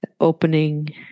opening